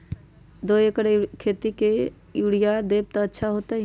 दो एकड़ मकई के खेती म केतना यूरिया देब त अच्छा होतई?